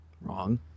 Wrong